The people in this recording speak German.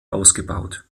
ausgebaut